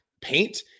paint